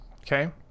okay